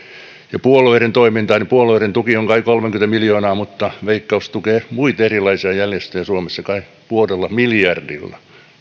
ja puolueiden toimintaa katsotaan niin puolueiden tuki on kai kolmekymmentä miljoonaa mutta veikkaus tukee erilaisia muita järjestöjä suomessa kai puolella miljardilla